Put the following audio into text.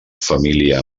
família